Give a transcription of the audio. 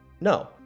No